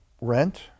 rent